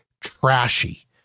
trashy